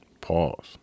Pause